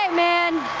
man.